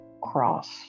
cross